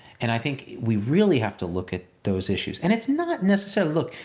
and i think we really have to look at those issues, and it's not necessarily, look,